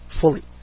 fully